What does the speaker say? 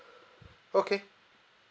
okay